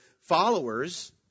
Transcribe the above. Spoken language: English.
followers